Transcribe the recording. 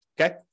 okay